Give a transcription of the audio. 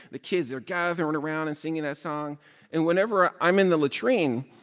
the kids are gathering around and singing that song and whenever i'm in the latrine,